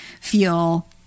feel